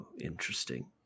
interesting